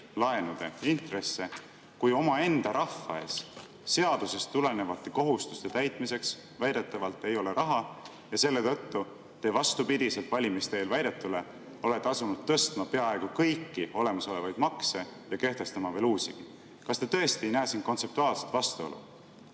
laenude intresse, kui omaenda rahva ees seadusest tulenevate kohustuste täitmiseks väidetavalt ei ole raha ja selle tõttu te vastupidi valimiste eel väidetule olete asunud tõstma peaaegu kõiki olemasolevaid makse ja kehtestama veel uusi. Kas te tõesti ei näe siin kontseptuaalset vastuolu?